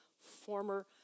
former